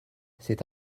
c’est